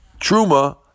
Truma